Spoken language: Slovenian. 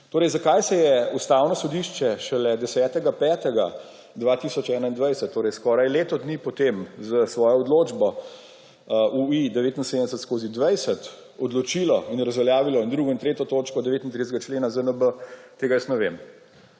gibanja. Zakaj se je Ustavno sodišče šele 10. 5. 2021, torej skoraj leto dni potem, s svojo odločbo UV97/20 odločilo in razveljavilo drugo in tretjo točko 39. člena ZNB, tega jaz ne vem.